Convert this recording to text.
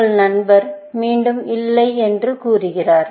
உங்கள் நண்பர் மீண்டும் இல்லை என்று கூறுகிறார்